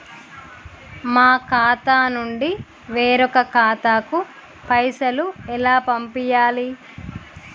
మా ఖాతా నుండి వేరొక ఖాతాకు పైసలు ఎలా పంపియ్యాలి?